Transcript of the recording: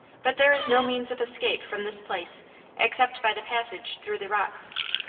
but there is no means of escape from this place except by the passage through the rocks,